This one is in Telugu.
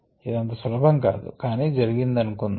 ఇది అంత సులభం కాదు కానీ జరిగినది అనుకుందాము